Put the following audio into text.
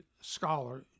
scholar